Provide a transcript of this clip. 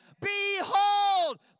behold